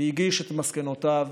והגיש את מסקנותיו.